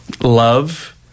love